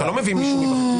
אתה לא מביא מישהו מבחוץ.